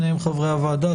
שניהם חברי הוועדה,